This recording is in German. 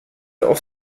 auf